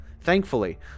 Thankfully